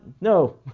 no